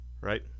right